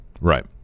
Right